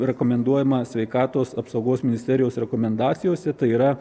rekomenduojama sveikatos apsaugos ministerijos rekomendacijose tai yra